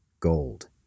gold